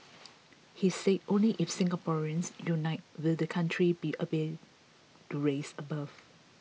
he said only if Singaporeans unite will the country be able to rise above